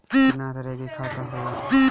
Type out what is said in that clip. केतना तरह के खाता होला?